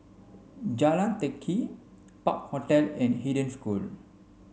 Jalan Teck Kee Park Hotel and Eden School